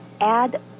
add